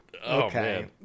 Okay